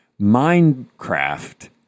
Minecraft